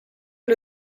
est